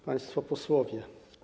Państwo Posłowie!